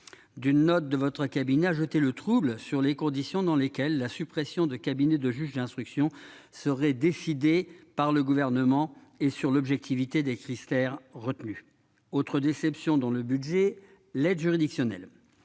d'une note de votre cabinet a jeté le trouble sur les conditions dans lesquelles la suppression de cabinet de juge d'instruction serait décidée par le gouvernement et sur l'objectivité des Chrysler retenus autre déception dans le budget, l'aide juridictionnelle,